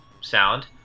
sound